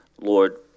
Lord